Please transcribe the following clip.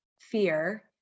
fear